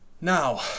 Now